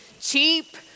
cheap